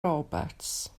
roberts